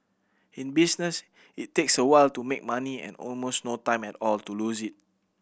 in business it takes a while to make money and almost no time at all to lose it